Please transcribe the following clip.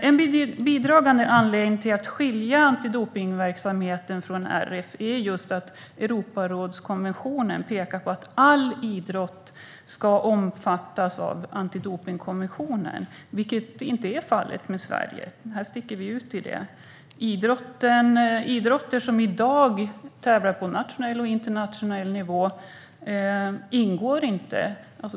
En bidragande anledning till att skilja antidopningsverksamheten från RF är just att Europarådskonventionen pekar på att all idrott ska omfattas av antidopningskonventionen. Det är inte fallet i Sverige. Här sticker vi ut. Idrotter där man i dag tävlar på nationell och internationell nivå ingår inte.